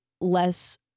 less